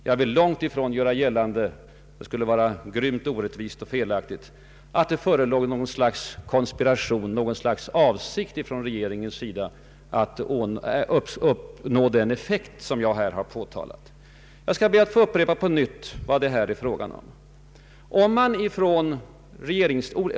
Jag vill långt ifrån göra gällande — det skulle vara grymt orättvist och felaktigt — att det skulle föreligga något slags avsikt från regeringens sida att uppnå den effekt som jag här påtalat. Jag skall be att få upprepa vad det här är fråga om.